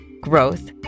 growth